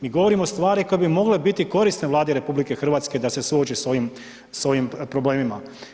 Mi govorimo stvari koje bi mogle biti korisne Vladi RH da se suoče sa ovim problemima.